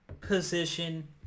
position